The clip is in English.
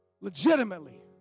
Legitimately